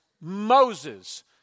Moses